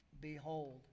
Behold